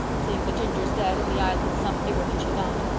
seeing that ginger's dead and the island's some bigger than she thought.